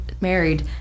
married